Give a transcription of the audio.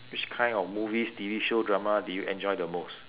which kind of movies T_V show drama do you enjoy the most